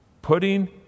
putting